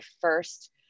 first